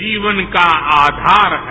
जीवन का आधार है